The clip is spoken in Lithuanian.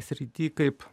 srity kaip